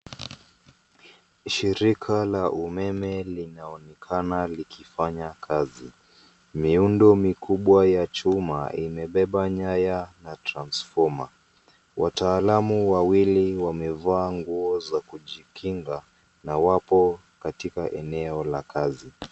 Shirika la umeme linaonekana likifanya kazi. Miundo mikubwa ya chuma imebeba nyaya na transfoma. Wataalamu wawili wamevaa nguo za kujikinga, na wapo katika eneo la kazi.